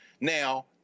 Now